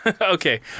Okay